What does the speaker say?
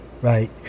right